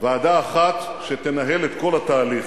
ועדה אחת שתנהל את כל התהליך,